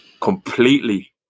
completely